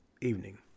evening